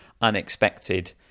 unexpected